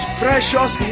precious